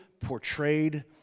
portrayed